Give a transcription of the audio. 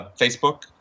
Facebook